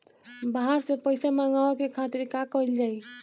बाहर से पइसा मंगावे के खातिर का कइल जाइ?